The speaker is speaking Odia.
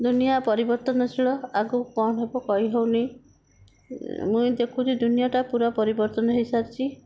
ଦୁନିଆ ପରିବର୍ତ୍ତନଶୀଳ ଆଗକୁ କ'ଣ ହେବ କହି ହେଉନାହିଁ ମୁଁ ଦେଖୁଛି ଦୁନିଆଟା ପୁରା ପରିବର୍ତ୍ତନ ହୋଇସାରିଛି